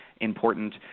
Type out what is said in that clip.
important